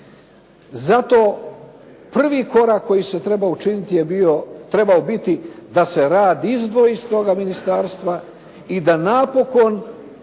Zato prvi korak koji ste trebali učiniti je trebao biti da se rad izdvoji iz toga ministarstva i da napokon